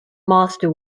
master